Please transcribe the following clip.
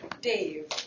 Dave